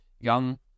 young